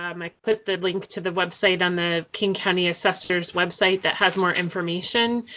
um i put the link to the website on the king county assessor's website that has more information.